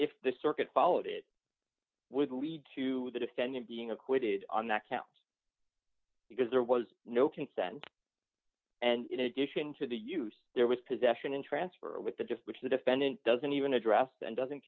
if the circuit followed it with a lead to the defendant being acquitted on that counts because there was no consent and in addition to the use there was possession in transfer with the just which the defendant doesn't even addressed and doesn't